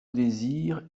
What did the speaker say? désir